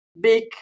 big